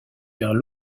vers